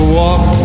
walk